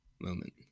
moment